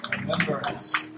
Remembrance